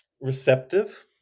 receptive